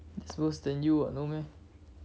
that's worse than you [what] no meh